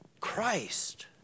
Christ